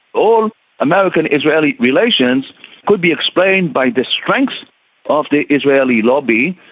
all american israeli relations could be explained by the strength of the israeli lobby.